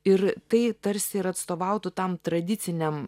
ir tai tarsi ir atstovautų tam tradiciniam